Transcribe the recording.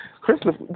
Christopher